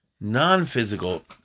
non-physical